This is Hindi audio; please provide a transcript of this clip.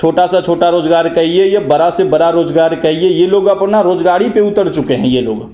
छोटे से छोटा रोज़गार कहिए या बड़े से बड़ा रोज़गार कहिए यह लोग अपना रोज़गारी पर उतर चुके हैं यह लोग